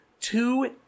two